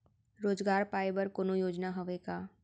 रोजगार पाए बर कोनो योजना हवय का?